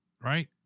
right